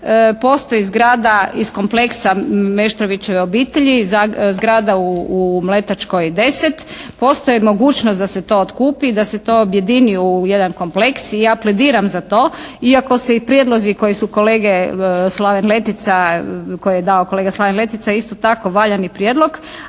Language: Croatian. Postoji zgrada iz kompleksa Meštrovićeve obitelji, zgrada u Mletačkoj 10. Postoji mogućnost da se to otkupi i da se to objedini u jedan kompleks i ja aplediram za to iako se i prijedlozi koje su kolege Slaven Letica, koje je dao kolega Slaven Letica isto tako valjani prijedlog,